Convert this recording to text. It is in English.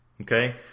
okay